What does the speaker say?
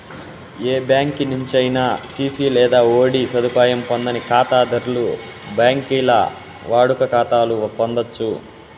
ఏ బ్యాంకి నుంచైనా సిసి లేదా ఓడీ సదుపాయం పొందని కాతాధర్లు బాంకీల్ల వాడుక కాతాలు పొందచ్చు